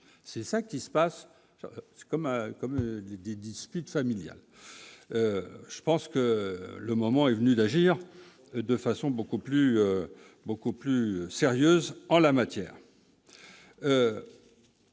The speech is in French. c'est ça qui se passe comme comme des disputes familiales, je pense que le moment est venu d'agir de façon beaucoup plus, beaucoup plus sérieuse en la matière